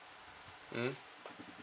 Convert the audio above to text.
mm